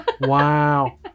Wow